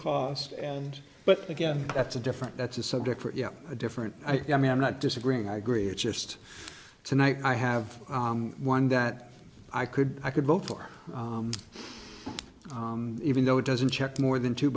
cost and but again that's a different that's a subject for a different i mean i'm not disagreeing i agree it's just tonight i have one that i could i could vote for even though it doesn't check more than two